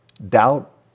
doubt